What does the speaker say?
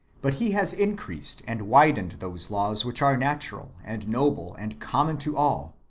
but he has increased and widened those laws which are natural, and noble, and common to all,